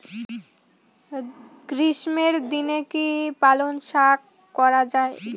গ্রীষ্মের দিনে কি পালন শাখ করা য়ায়?